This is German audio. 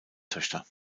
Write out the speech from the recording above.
töchter